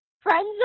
friends